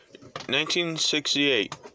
1968